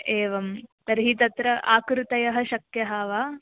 एवं तर्हि तत्र आकृतयः शक्यः वा